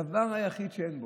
הדבר היחיד שאין בה.